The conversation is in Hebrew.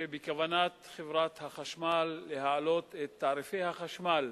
שבכוונת חברת החשמל להעלות את תעריפי החשמל